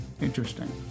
Interesting